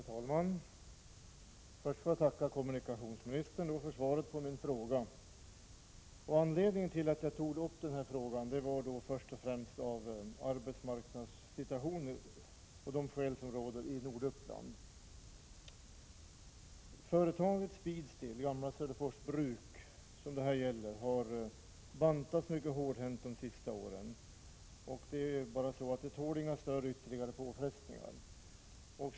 Herr talman! Först får jag tacka kommunikationsministern för svaret på min fråga. Anledningen till att jag ställde frågan var först och främst arbetsmarknadssituationen i Norduppland. Företaget Kloster Speedsteel AB, gamla Söderfors bruk, har bantats mycket hårt under de senaste åren, och det tål inga större ytterligare påfrestningar.